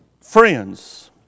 friends